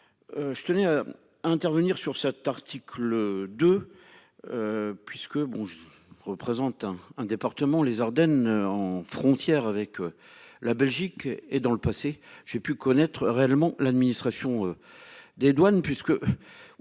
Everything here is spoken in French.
Je tenais à intervenir sur cet article de. Puisque bon représentant un département les Ardennes en frontière avec. La Belgique et dans le passé, j'ai pu connaître réellement l'administration. Des douanes puisque.